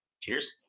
Cheers